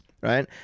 right